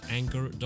anchor